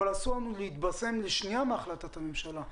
אבל אסור לנו להתבשם לשנייה מהחלטת הממשלה.